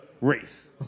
race